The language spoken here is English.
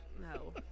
No